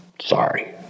Sorry